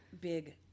Big